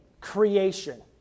creation